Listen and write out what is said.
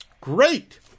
Great